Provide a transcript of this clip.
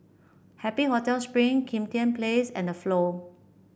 Happy Hotel Spring Kim Tian Place and The Flow